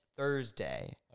Thursday